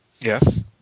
Yes